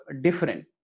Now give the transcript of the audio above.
different